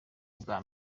bwa